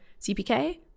CPK